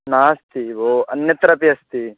नास्ति भो अन्यत्रापि अस्ति